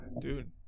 Dude